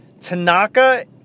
Tanaka